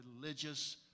religious